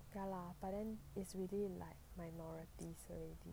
ya lah but then it's really like minorities already